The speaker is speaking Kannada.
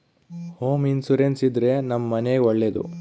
ಹೋಮ್ ಇನ್ಸೂರೆನ್ಸ್ ಇದ್ರೆ ನಮ್ ಮನೆಗ್ ಒಳ್ಳೇದು